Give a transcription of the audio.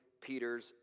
Peter's